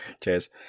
Cheers